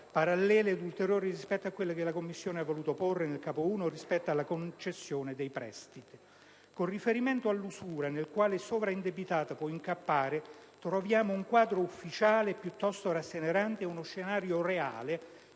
parallele e ulteriori rispetto a quelle che la Commissione ha voluto porre nel Capo I circa la concessione dei prestiti. Con riferimento all'usura nella quale il sovraindebitato può incappare, troviamo un quadro "ufficiale" piuttosto rasserenante e uno scenario "reale"